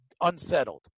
unsettled